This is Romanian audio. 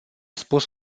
spus